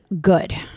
good